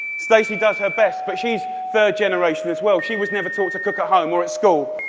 stacy does her best, but she's third-generation as well she was never taught to cook at home or at school.